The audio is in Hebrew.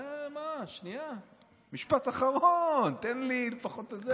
אה, מה, שנייה, משפט אחרון, תן לי לפחות את זה.